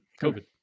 COVID